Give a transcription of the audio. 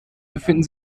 befinden